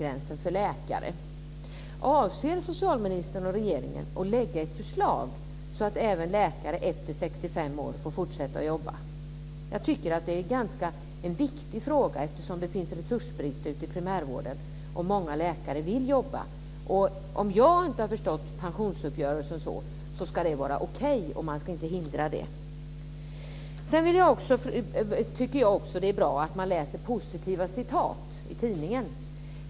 Avser socialministern och regeringen att lägga fram ett förslag så att även läkare över 65 år får fortsätta att jobba? Jag tycker att det är en ganska viktig fråga, eftersom det finns resursbrist ute i primärvården och många läkare vill jobba. Om jag har förstått pensionsuppgörelsen rätt ska det vara okej, och man ska inte hindra det. Jag tycker också att det är bra att man läser positiva citat i tidningen.